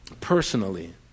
personally